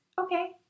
okay